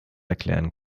erklären